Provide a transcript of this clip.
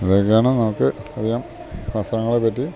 ഇതൊക്കെയാണ് നമുക്ക് അധികം വസത്രങ്ങളെ പറ്റി